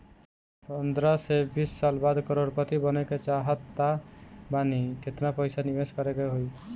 पंद्रह से बीस साल बाद करोड़ पति बने के चाहता बानी केतना पइसा निवेस करे के होई?